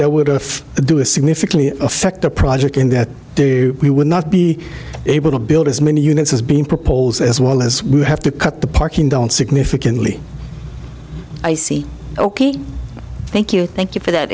have to do is significantly affect the project in that we would not be able to build as many units as being proposed as well as we have to cut the parking down significantly i see ok thank you thank you for that